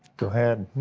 go ahead.